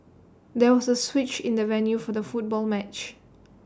there was A switch in the venue for the football match